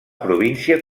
província